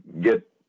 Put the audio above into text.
get